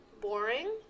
boring